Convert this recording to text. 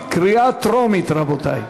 קריאה טרומית, רבותי.